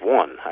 one